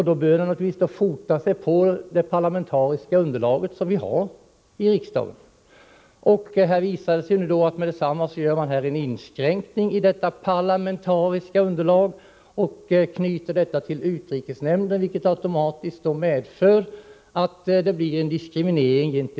Då bör den också fota sig på det parlamentariska underlag som vi har i riksdagen. Det visar sig nu att man med detsamma gör en inskränkning i detta parlamentariska underlag och knyter det hela till utrikesnämnden, vilket automatiskt medför att vårt parti diskrimineras.